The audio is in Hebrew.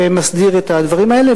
ומסדיר את הדברים האלה.